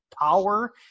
power